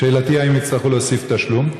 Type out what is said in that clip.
שאלתי: האם יצטרכו להוסיף תשלום?